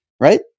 right